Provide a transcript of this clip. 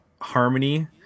harmony